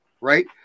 right